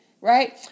right